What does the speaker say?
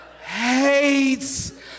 hates